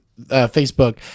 Facebook